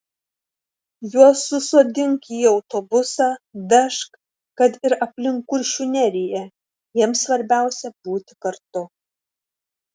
juos susodink į autobusą vežk kad ir aplink kuršių neriją jiems svarbiausia būti kartu